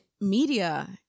media